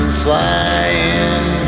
flying